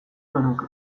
genuke